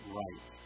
right